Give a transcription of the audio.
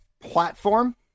platform